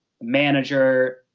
manager